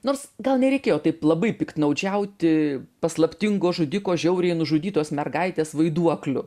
nors gal nereikėjo taip labai piktnaudžiauti paslaptingo žudiko žiauriai nužudytos mergaitės vaiduokliu